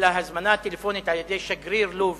אלא הזמנה טלפונית על-ידי שגריר לוב